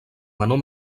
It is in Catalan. menor